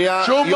שנייה.